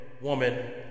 woman